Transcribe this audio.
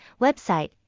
Website